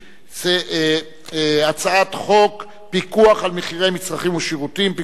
שהיא הצעת חוק פיקוח על מחירי מצרכים ושירותים (תיקון,